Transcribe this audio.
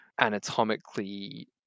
anatomically